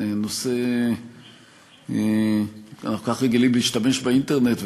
אנחנו כל כך רגילים להשתמש באינטרנט,